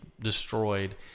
destroyed